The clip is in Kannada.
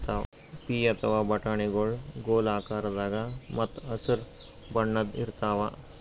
ಪೀ ಅಥವಾ ಬಟಾಣಿಗೊಳ್ ಗೋಲ್ ಆಕಾರದಾಗ ಮತ್ತ್ ಹಸರ್ ಬಣ್ಣದ್ ಇರ್ತಾವ